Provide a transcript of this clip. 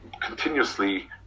continuously